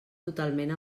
totalment